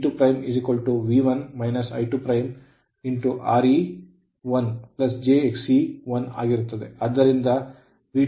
V2 V1 I2R e 1 jXe1 ಆಗಿರುತ್ತದೆ